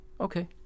Okay